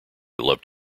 loved